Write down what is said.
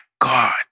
God